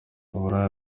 uburaya